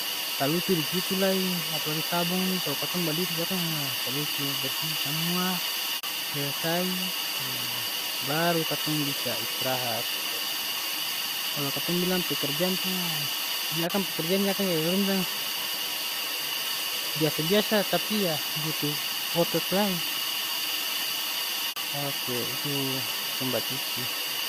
Talucu di situ lai, apalagi sabong ni kalo katong badiri di akang, ha talucu. Bersih samua, selesai, ha baru katong bisa istirahat. Kalo katong bilang pekerjaan tu, di akang pekerjaan ni akang e orang bilang biasa-biasa tapi yah butuh otot lai. Oke, itu katong bacuci.